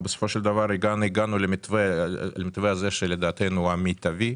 בסופו של דבר הגענו למתווה הזה שלדעתנו הוא המיטבי.